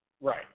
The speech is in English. Right